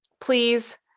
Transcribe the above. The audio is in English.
please